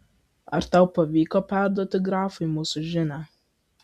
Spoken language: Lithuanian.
ar tau pavyko perduoti grafui mūsų žinią